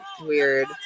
Weird